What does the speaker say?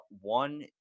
one